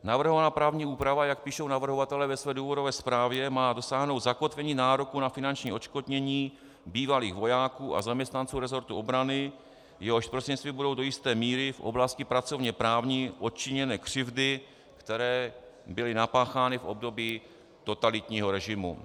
Navrhovaná právní úprava, jak píšou navrhovatelé ve své důvodové zprávě, má dosáhnout zakotvení nároků na finanční odškodnění bývalých vojáků a zaměstnanců resortu obrany, jehož prostřednictvím budou do jisté míry v oblasti pracovněprávní odčiněny křivdy, které byly napáchány v období totalitního režimu.